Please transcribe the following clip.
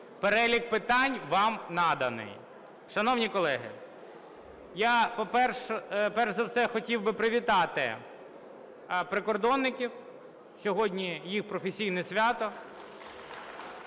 Перелік питань вам наданий. Шановні колеги! Я, перш за все, хотів би привітати прикордонників, сьогодні їх професійне свято.